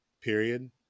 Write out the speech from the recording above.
period